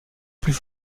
plus